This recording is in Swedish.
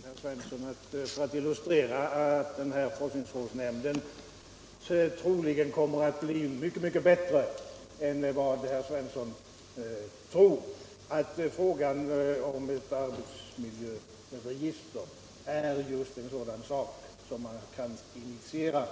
Herr talman! Jag vill slutligen säga till herr Svensson i Malmö — för att illustrera att forskningsrådsnämnden troligen kommer att bli mycket bättre än vad herr Svensson tror — att ett arbetsmiljöregister just är en sådan sak som denna nämnd kan initiera.